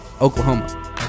Oklahoma